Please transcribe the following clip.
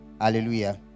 Hallelujah